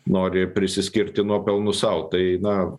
nori prisiskirti nuopelnų sau tai na